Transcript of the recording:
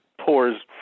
pours